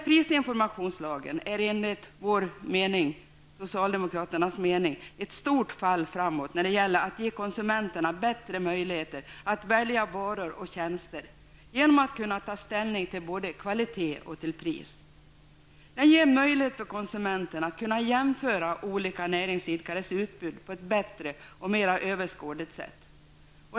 Prisinformationslagen är enligt socialdemokraternas mening ett stort fall framåt när det gäller att ge konsumenterna bättre möjligheter att välja varor och tjänster genom att de kan ta ställning till både kvalitet och pris. Lagen ger konsumenten möjlighet att kunna jämföra olika näringsidkares utbud på ett bättre och mer överskådligt sätt.